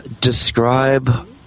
describe